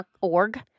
org